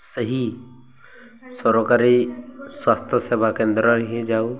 ସେହି ସରକାରୀ ସ୍ୱାସ୍ଥ୍ୟ ସେବା କେନ୍ଦ୍ରରେ ହିଁ ଯାଉ